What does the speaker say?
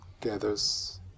gathers